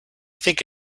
think